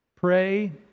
Pray